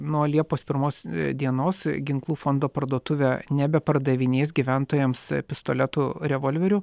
nuo liepos pirmos dienos ginklų fondo parduotuvė nebepardavinės gyventojams pistoletų revolverių